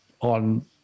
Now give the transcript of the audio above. on